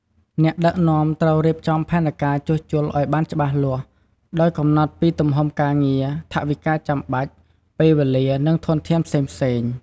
អ្នកដឹកនាំត្រូវរៀបចំផែនការជួសជុលឱ្យបានច្បាស់លាស់ ដោយកំណត់ពីទំហំការងារ ថវិកាចាំបាច់ ពេលវេលា និងធនធានផ្សេងៗ។